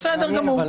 בסדר גמור.